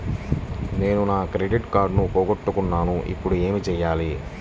నేను నా క్రెడిట్ కార్డును పోగొట్టుకున్నాను ఇపుడు ఏం చేయాలి?